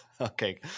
Okay